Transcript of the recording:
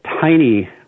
tiny